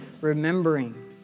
remembering